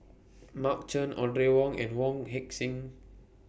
Mark Chan Audrey Wong and Wong Heck Sing